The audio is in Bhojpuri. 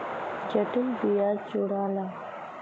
जटिल बियाज जोड़ाला